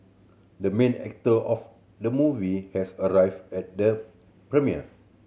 the main actor of the movie has arrived at the premiere